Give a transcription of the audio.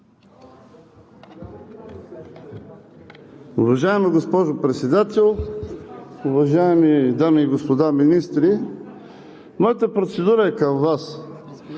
Уважаема госпожо Председател, уважаеми дами и господа министри! Моята процедура е към Вас.